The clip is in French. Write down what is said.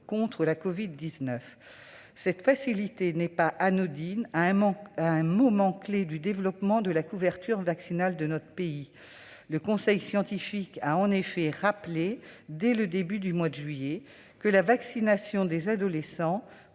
contre la covid-19. Cette facilité n'est pas anodine, à un moment clé du développement de la couverture vaccinale de notre pays. Le conseil scientifique a en effet rappelé, au début de ce mois, que la vaccination des adolescents